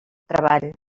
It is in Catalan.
treball